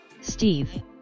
Steve